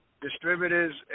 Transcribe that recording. distributors